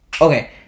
okay